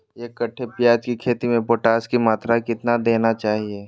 एक कट्टे प्याज की खेती में पोटास की मात्रा कितना देना चाहिए?